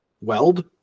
Weld